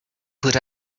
put